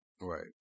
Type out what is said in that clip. right